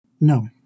No